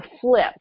flip